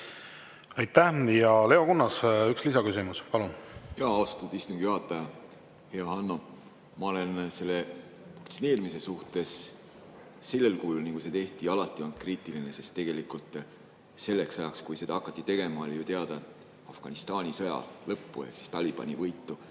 Aitäh! Leo Kunnas, üks lisaküsimus, palun! Austatud istungi juhataja! Hea Hanno! Ma olen selle vaktsineerimise suhtes sellel kujul, nagu seda tehti, alati olnud kriitiline, sest selleks ajaks, kui seda hakati tegema, oli ju teada, et Afganistani sõja lõppu ehk Talibani võitu